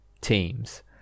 teams